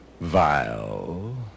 vile